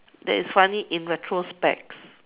that is funny in retrospect